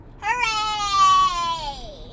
hooray